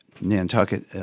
Nantucket